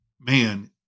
man